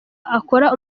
akora